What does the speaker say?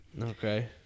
Okay